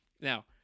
Now